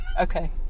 okay